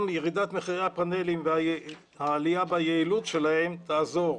גם ירידת מחירי הפאנלים והעלייה והיעילות שלהם תעזור.